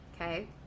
okay